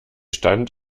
stand